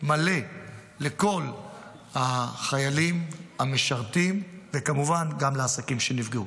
מלא לכל החיילים המשרתים וכמובן גם לעסקים שנפגעו.